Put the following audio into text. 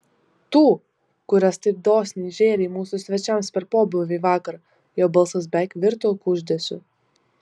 tų kurias taip dosniai žėrei mūsų svečiams per pobūvį vakar jo balsas beveik virto kuždesiu